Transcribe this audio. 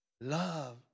Love